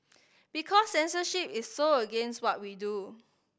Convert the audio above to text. because censorship is so against what we do